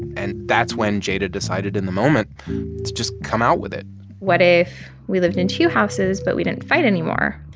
and that's when jada decided, in the moment, to just come out with it what if we lived in two houses, but we didn't fight anymore?